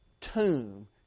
tomb